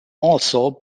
also